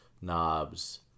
knobs